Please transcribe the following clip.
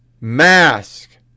Mask